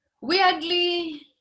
weirdly